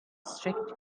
strict